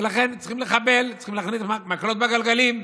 ולכן צריכים לחבל, צריכים להכניס מקלות בגלגלים,